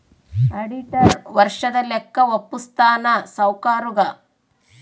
auditor ವರ್ಷದ ಲೆಕ್ಕ ವಪ್ಪುಸ್ತಾನ ಸಾವ್ಕರುಗಾ